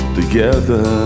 together